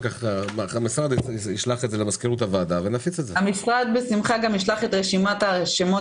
המשרד גם בשמחה ישלח את רשימת השמות